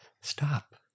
stop